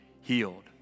healed